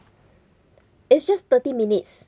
it's just thirty minutes